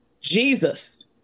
Jesus